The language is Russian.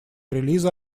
релиза